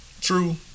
true